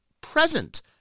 present